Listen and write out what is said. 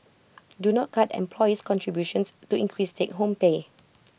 do not cut employee's contributions to increase take home pay